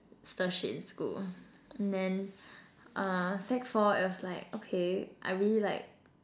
stir shit in school then uh sec four was like okay I really like